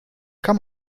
kann